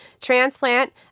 transplant